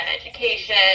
education